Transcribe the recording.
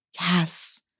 Yes